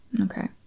Okay